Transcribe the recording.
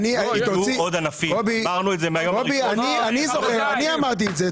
אני אמרתי את זה.